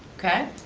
okay,